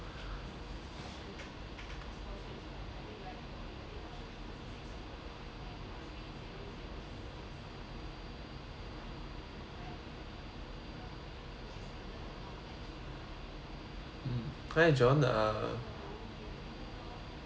hi john uh